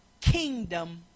kingdom